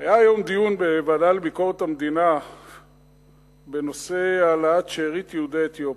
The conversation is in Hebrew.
היה היום דיון בוועדה לביקורת המדינה בנושא העלאת שארית יהודי אתיופיה,